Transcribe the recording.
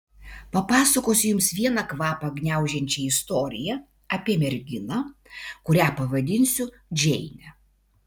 papasakosiu jums vieną kvapą gniaužiančią istoriją apie merginą kurią pavadinsiu džeine